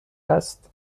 است